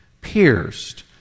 pierced